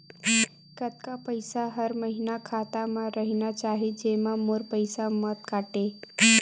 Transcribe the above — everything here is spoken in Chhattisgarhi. कतका पईसा हर महीना खाता मा रहिना चाही जेमा मोर पईसा मत काटे?